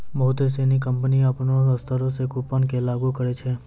बहुते सिनी कंपनी अपनो स्तरो से कूपन के लागू करै छै